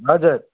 हजुर